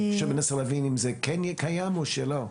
אני מנסה להבין אם זה כן קיים או לא.